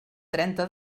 trenta